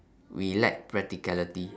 we lack practicality